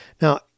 Now